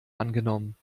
angenommen